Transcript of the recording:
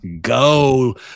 go